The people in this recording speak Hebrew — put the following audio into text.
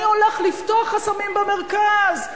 אני הולך לפתוח חסמים במרכז,